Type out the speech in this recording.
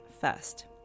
first